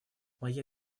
моя